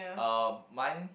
uh mine